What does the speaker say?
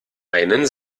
einen